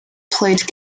played